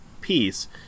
piece